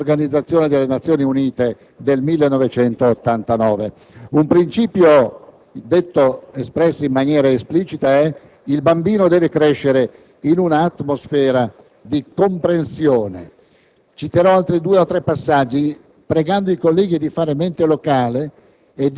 carta ha come movimento ispiratore la Convenzione dell'Organizzazione delle Nazioni Unite del 1989. Un principio espresso in maniera esplicita è: «Il bambino deve crescere in un'atmosfera di comprensione».